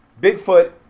Bigfoot